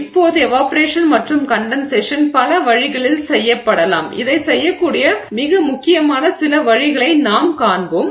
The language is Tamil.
இப்போது எவாப்பொரேஷன் மற்றும் கண்டென்சேஷன் பல வழிகளில் செய்யப்படலாம் இதைச் செய்யக்கூடிய மிக முக்கியமான சில வழிகளை நாம் காண்போம்